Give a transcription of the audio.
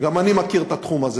גם אני מכיר את התחום הזה.